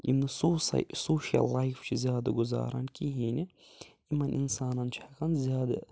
یِم نہٕ سوساے سوشَل لایِف چھِ زیادٕ گُزاران کِہیٖنۍ نہ یِمَن اِنسانَن چھُ ہٮ۪کان زیادٕ